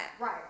right